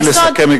תתחילי לסכם,